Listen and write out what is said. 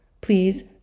Please